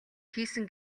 хийсэн